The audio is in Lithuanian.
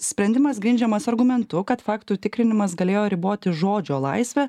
sprendimas grindžiamas argumentu kad faktų tikrinimas galėjo riboti žodžio laisvę